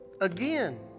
Again